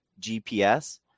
GPS